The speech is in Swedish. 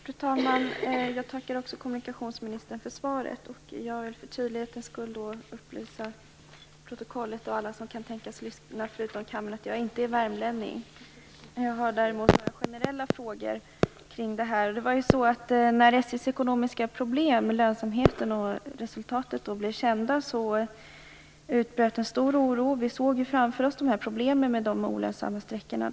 Fru talman! Också jag tackar kommunikationsministern för svaret. För tydlighetens skull vill jag upplysa protokollet och alla som kan tänkas lyssna utöver kammaren om att jag inte är värmlänning. Däremot har jag några generella frågor kring detta. När SJ:s ekonomiska lönsamhetsproblem och resultat blev kända utbröt en stor oro. Framför oss såg vi problemen med de olönsamma sträckorna.